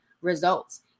results